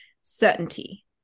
certainty